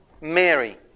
Mary